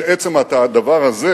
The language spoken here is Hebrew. שעצם הדבר הזה